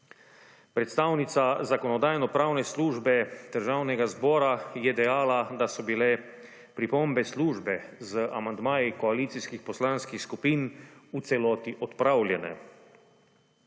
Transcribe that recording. Predstavnica Zakonodajno-pravne službe Državnega zbora je dejala, da so bile pripombe službe z amandmaji koalicijskih poslanskih skupin v celoti odpravljene.